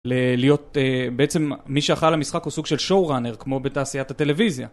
להיות בעצם מי שאחראי על המשחק הוא סוג של שואו ראנר כמו בתעשיית הטלוויזיה